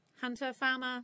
hunter-farmer